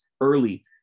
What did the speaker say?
early